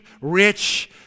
rich